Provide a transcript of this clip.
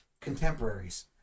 contemporaries